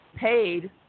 paid